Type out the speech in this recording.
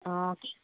অঁ কি